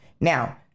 Now